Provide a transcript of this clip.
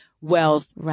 wealth